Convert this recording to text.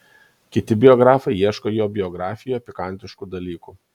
kiti biografai ieško jo biografijoje pikantiškų dalykų